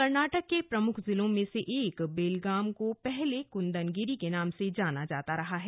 कर्नाटक के प्रमुख जिलों में से एक बेलगाम को पहले कंदनगिरी के नाम से जाना जाता रहा है